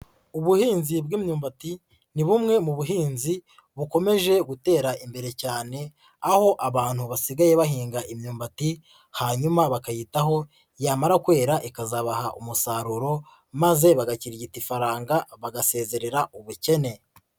Ubuhinzi bw'imyumbati ni bumwe mu buhinzi bukomeje gutera imbere cyane, aho abantu basigaye bahinga imyumbati hanyuma bakayitaho yamara kwera ikazabaha umusaruro, maze bagakirigita ifaranga bagasezerera ubukene.